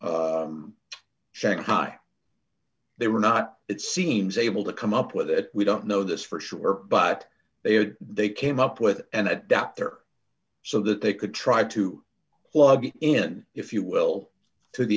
in shanghai they were not it seems able to come up with it we don't know this for sure but they had they came up with an ad out there so that they could try to plug in if you will to the